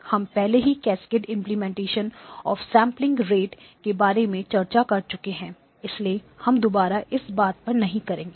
हम पहले ही cascade implementation of sampling rate के बारे में चर्चा कर चुके हैं इसलिए हम दोबारा इस पर बात नहीं करेंगे